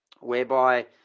whereby